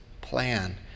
plan